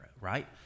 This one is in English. right